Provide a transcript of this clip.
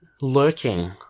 lurking